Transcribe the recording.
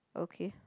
okay